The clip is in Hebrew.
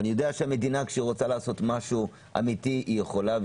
כשהמדינה רוצה לעשות משהו אמיתי, היא יכולה.